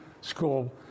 School